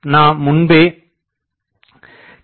நாம் முன்பே k